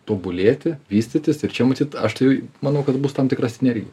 tobulėti vystytis ir čia matyt aš tai manau kad bus tam tikra sinergija